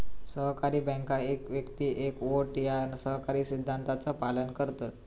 सहकारी बँका एक व्यक्ती एक वोट या सहकारी सिद्धांताचा पालन करतत